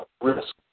risk